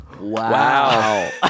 Wow